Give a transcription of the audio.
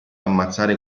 ammazzare